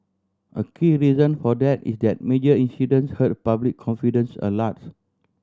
a key reason for that is that major incidents hurt public confidence a lot